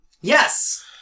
Yes